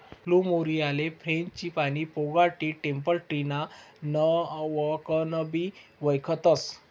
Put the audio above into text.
फ्लुमेरीयाले frangipani, pagoda tree, temple tree ना नावकनबी वयखतस